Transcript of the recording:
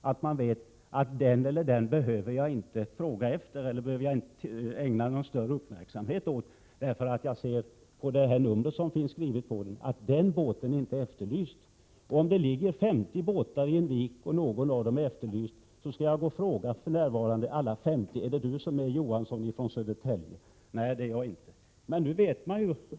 Man kan med hjälp av registreringsnumret se vilka båtar man inte behöver ägna någon uppmärksamhet åt. Om det ligger 50 båtar i en vik och någon av dem är efterlyst, måste jag som förhållandet nu är fråga på alla 50 båtarna om det finns någon som heter Johansson och är från Södertälje ombord.